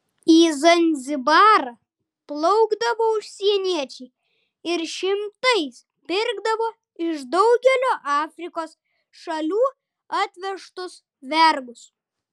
į zanzibarą plaukdavo užsieniečiai ir šimtais pirkdavo iš daugelio afrikos šalių atvežtus vergus